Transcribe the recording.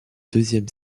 deuxième